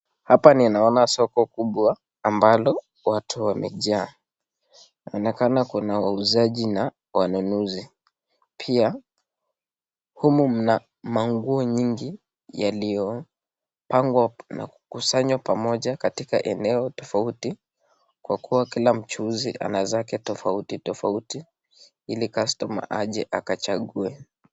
Hapa ninaona soko kubwa ambalo watu wamejaa inaonekana kuna wauzaji na wanunuzi pia humu mna manguo nyingi yaliyo pangwa na kukusanywa pamoja katika eneo tofauti kwa kuwa kila mchuuzi anazake tofauti tofauti ili kastoma aje akachague.